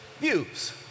views